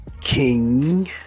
king